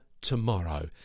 tomorrow